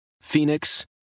Phoenix